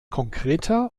konkreter